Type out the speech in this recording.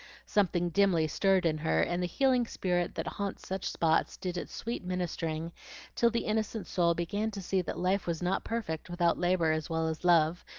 something dimly stirred in her, and the healing spirit that haunts such spots did its sweet ministering till the innocent soul began to see that life was not perfect without labor as well as love,